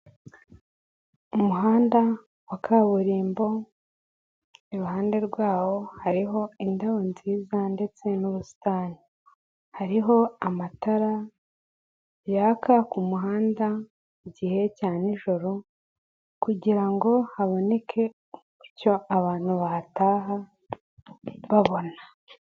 Umuhanda wa kaburimbo, iruhande rwawo hariho indabo nziza ndetse n'ubusitani. Hariho amatara yaka ku muhanda mu gihe cya nijoro kugira ngo haboneke umucyo abantu bahataha, babona.